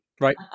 Right